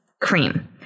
Cream